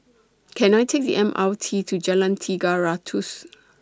Can I Take The M R T to Jalan Tiga Ratus